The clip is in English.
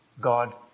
God